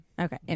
Okay